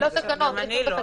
גם אני לא.